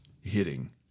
hitting